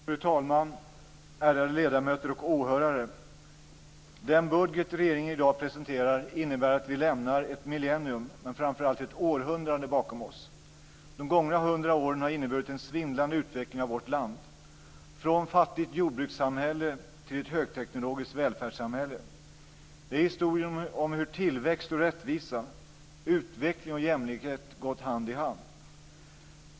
Fru talman! Ärade ledamöter och åhörare! Den budget som regeringen i dag presenterar innebär att vi lämnar ett millennium men framför allt ett århundrade bakom oss. De gångna hundra åren har inneburit en svindlande utveckling av vårt land, från ett fattigt jordbrukssamhälle till ett högteknologiskt välfärdssamhälle. Det är historien om hur tillväxt och rättvisa, utveckling och jämlikhet gått hand i hand.